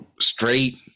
straight